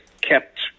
kept